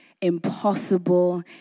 impossible